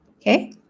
okay